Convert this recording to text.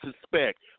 suspect